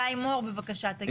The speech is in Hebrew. גיא מור, בבקשה, תגיב.